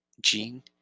gene